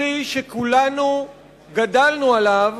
הבסיסי שכולנו גדלנו עליו